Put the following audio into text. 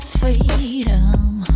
freedom